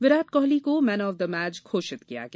Virat Kohli man of the द मैच घोषित किया गया